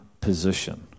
position